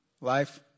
Life